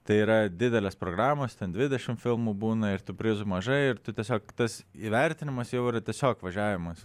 tai yra didelės programos ten dvidešimt filmų būna ir tų prizų mažai ir tiesiog tas įvertinimas jau yra tiesiog važiavimas